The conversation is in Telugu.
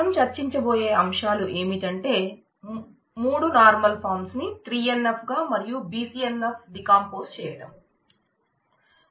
మనము చర్చించ బోయే అంశాలు ఏమిటంటే 3 నార్మల్ ఫార్మ్స్ చేయటం